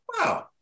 Wow